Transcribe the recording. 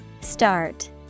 Start